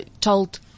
told